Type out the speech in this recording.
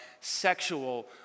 sexual